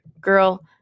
Girl